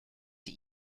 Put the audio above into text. sie